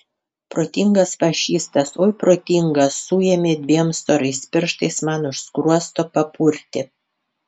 protingas fašistas oi protingas suėmė dviem storais pirštais man už skruosto papurtė